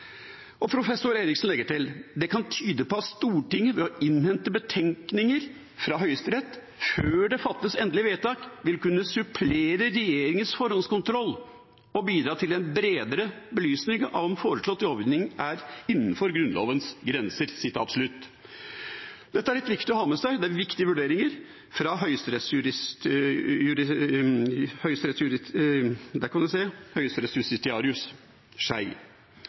Professor Eriksen legger til: «Det kan tyde på at Stortinget, ved å innhente betenkninger fra Høyesterett før det fattes endelige vedtak, vil kunne supplere regjeringens forhåndskontroll og bidra til en bredere belysning av om foreslått lovgivning er innenfor Grunnlovens grenser.» – Dette er det litt viktig å ha med seg. Det er viktige vurderinger fra tidligere høyesterettsjustitiarius Schei. Gjennom EØS-avtalens 26-årige historie finnes det